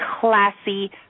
classy